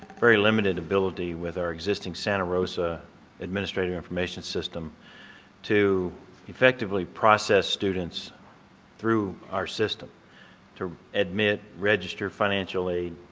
very limited ability with our existing santa rosa administrative information system to effectively process students through our system to admit, register financial aid.